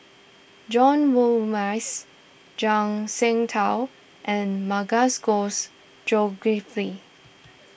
John role Morrice Zhuang Shengtao and Zulkifli